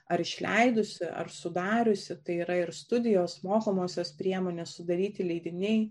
ar išleidusi ar sudariusi tai yra ir studijos mokomosios priemonės sudaryti leidiniai